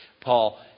Paul